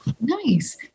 Nice